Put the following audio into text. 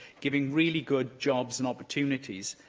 giving really good jobs and opportunities.